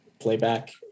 playback